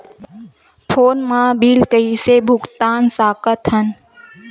Phone मा bill कइसे भुक्तान साकत हन?